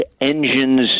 engines